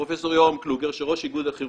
פרופ' יורם קלוגר, יושב ראש איגוד הכירורגים,